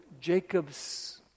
Jacob's